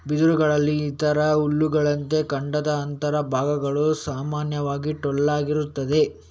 ಬಿದಿರುಗಳಲ್ಲಿ ಇತರ ಹುಲ್ಲುಗಳಂತೆ ಕಾಂಡದ ಅಂತರ ಭಾಗಗಳು ಸಾಮಾನ್ಯವಾಗಿ ಟೊಳ್ಳಾಗಿರುತ್ತದೆ